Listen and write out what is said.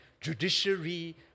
Judiciary